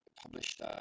published